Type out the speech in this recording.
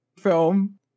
film